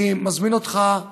אני מזמין אותך,